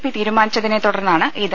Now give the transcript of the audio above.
P തീരുമാനിച്ചതിനെ തുടർന്നാണിത്